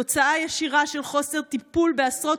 תוצאה ישירה של חוסר טיפול בעשרות